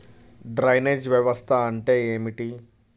Drainage వ్యవస్థ అంటే ఏమిటి?